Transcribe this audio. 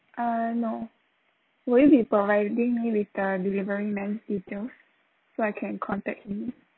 uh no will you be providing me with the delivery man's details so I can contact him